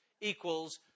equals